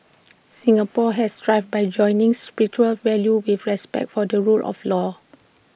Singapore has thrived by joining spiritual values with respect for the rule of law